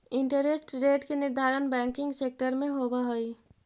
interest rate के निर्धारण banking sector में होवऽ हई